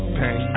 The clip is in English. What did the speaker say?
pain